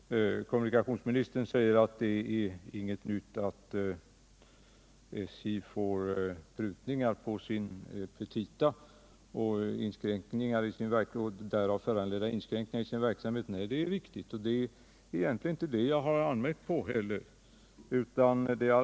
Herr talman! Kommunikationsministern säger att det inte är någonting nytt att SJ får vidkännas prutningar på sina petita och därav föranledda inskränkningar i sin verksamhet. Det är riktigt, och det är egentligen inte det jag anmärkt på.